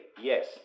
yes